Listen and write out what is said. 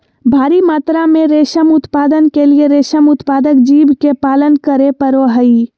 भारी मात्रा में रेशम उत्पादन के लिए रेशम उत्पादक जीव के पालन करे पड़ो हइ